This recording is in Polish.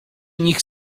nich